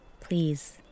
please